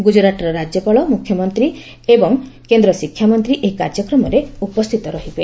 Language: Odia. ଗୁଜୁରାଟର ରାଜ୍ୟପାଳ ମୁଖ୍ୟମନ୍ତ୍ରୀ ଓ କେନ୍ଦ୍ର ଶିକ୍ଷାମନ୍ତ୍ରୀ ଏହି କାର୍ଯ୍ୟକ୍ରମରେ ଉପସ୍ଥିତ ରହିବେ